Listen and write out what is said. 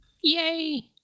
Yay